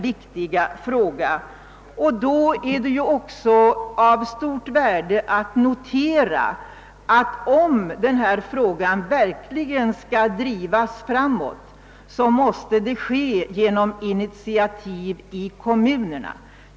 Det är därför också av stort värde att notera, att om denna fråga verkligen skall drivas framåt, måste det ske genom initiativ i kommunerna.